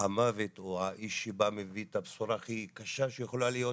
המוות או האיש שבא ומביא את הבשורה הכי קשה שיכולה להיות.